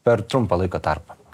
per trumpą laiko tarpą